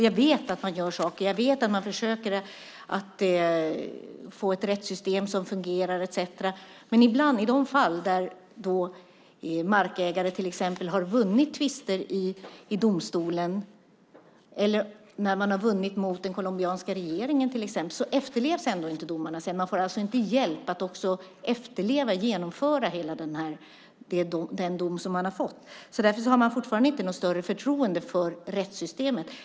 Jag vet att man gör saker. Jag vet att man försöker få ett rättssystem som fungerar etcetera. Men i de fall då till exempel markägare har vunnit tvister i domstolen, när man har vunnit mot till exempel den colombianska regeringen, efterlevs inte domarna. Man får alltså inte hjälp med efterlevnaden och genomförandet av den dom som man har fått. Därför har man fortfarande inte något större förtroende för rättssystemet.